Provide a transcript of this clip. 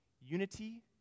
Unity